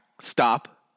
Stop